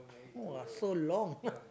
!wah! so long